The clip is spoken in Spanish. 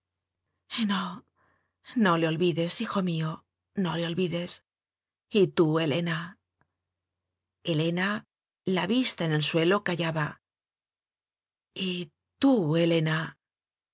no no le olvides hijo mío no le olvi des y tú helena helena la vista en el suelo callaba y tú helena yo